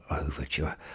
overture